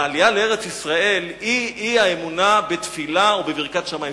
והעלייה לארץ-ישראל היא היא האמונה בתפילה ובברכת שמים.